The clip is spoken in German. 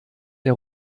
der